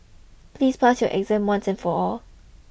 please pass your exam once and for all